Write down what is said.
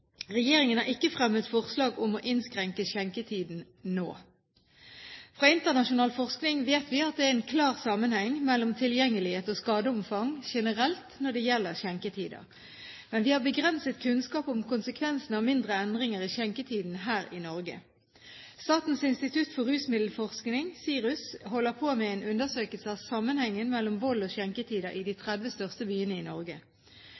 Regjeringen har ikke fremmet forslag om å innskrenke skjenketiden nå. Fra internasjonal forskning vet vi at det er en klar sammenheng mellom tilgjengelighet og skadeomfang generelt når det gjelder skjenketider, men vi har begrenset kunnskap om konsekvensene av mindre endringer i skjenketiden her i Norge. Statens institutt for rusmiddelforskning, SIRUS, holder på med en undersøkelse av sammenhengen mellom vold og skjenketider i de 30 største byene i Norge.